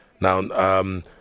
Now